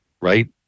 right